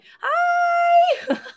Hi